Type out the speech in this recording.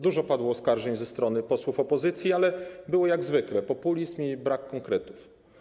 Dużo oskarżeń padło ze strony posłów opozycji, ale było jak zwykle: populizm i brak konkretów.